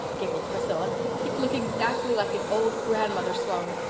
giggled priscilla. he'd look exactly like his old grandmother sloane.